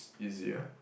easier